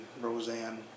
Roseanne